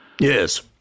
Yes